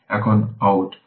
এখন এটি 12 অ্যাম্পিয়ার